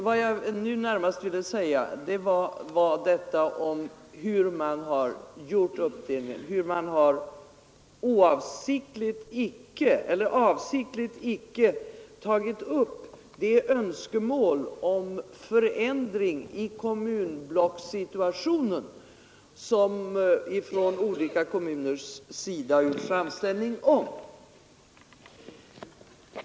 Vad jag nu närmast ville tala om är hur man har gjort kommunuppdelningen och hur man, avsiktligt eller oavsiktligt, inte har tagit upp de önskemål om en förändring i kommunblockssituationen, som olika kommuner har gjort framställning om.